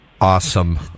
Awesome